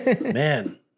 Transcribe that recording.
Man